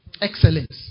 Excellence